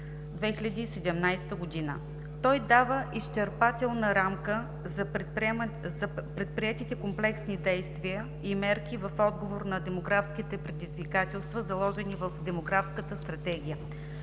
2017 г. Той дава изчерпателна рамка за предприетите комплексни действия и мерки в отговор на демографските предизвикателства, заложени в демографската стратегия.